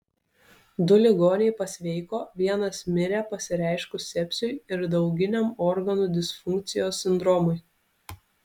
du ligoniai pasveiko vienas mirė pasireiškus sepsiui ir dauginiam organų disfunkcijos sindromui